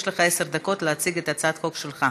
יש לך עשר דקות להציג את הצעת החוק שלך.